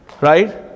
right